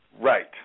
Right